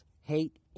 hate